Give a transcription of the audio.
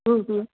हम्म हम्म